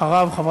חנין.